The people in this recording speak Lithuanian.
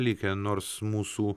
likę nors mūsų